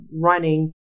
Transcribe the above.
running